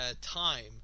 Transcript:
time